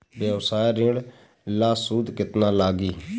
व्यवसाय ऋण ला सूद केतना लागी?